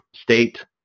state